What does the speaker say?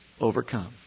overcome